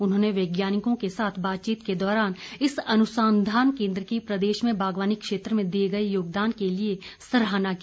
उन्होंने वैज्ञानिकों को साथ बातचीत के दौरान इस अनुसंधान केंद्र की प्रदेश में बागवानी क्षेत्र में दिए गए योगदान के लिए सराहना की